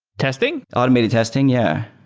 testing? automated testing? yeah.